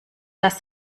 das